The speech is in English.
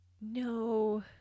No